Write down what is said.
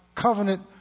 covenant